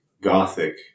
Gothic